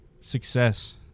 success